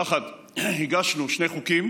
שיחד הגשנו שני חוקים